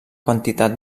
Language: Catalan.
quantitat